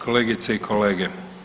Kolegice i kolege.